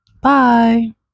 bye